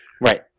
Right